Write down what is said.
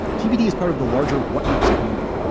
tbd is part of the larger what next family.